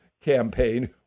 campaign